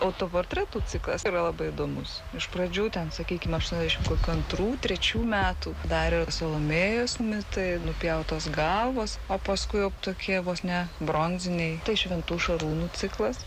autoportretų ciklas yra labai įdomus iš pradžių ten sakykime aštuoniasdešim kokių antrų trečių metų dar ir salomėjos ne taip nupjautos galvos o paskui tokie vos ne bronziniai tai šventų šarūnu ciklas